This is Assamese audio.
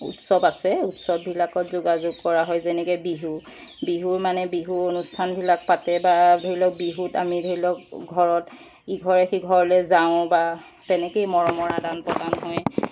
উৎসৱ আছে উৎসৱবিলাকত যোগাযোগ কৰা হয় যেনেকৈ বিহু বিহু মানে বিহুৰ অনুষ্ঠানবিলাক পাতে বা ধৰি লওক বিহুত আমি ধৰি লওক ঘৰত ইঘৰে সিঘৰলৈ যাওঁ বা তেনেকৈয়ে মৰমৰ আদান প্ৰদান হয়